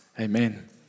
Amen